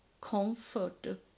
comfort